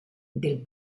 del